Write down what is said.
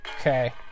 Okay